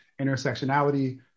intersectionality